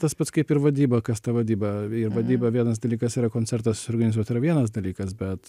tas pats kaip ir vadyba kas ta vadyba ir vadyba vienas dalykas yra koncertą susiorganizuot yra vienas dalykas bet